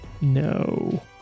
No